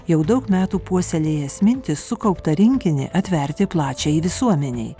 jau daug metų puoselėjęs mintį sukauptą rinkinį atverti plačiajai visuomenei